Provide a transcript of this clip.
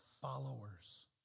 followers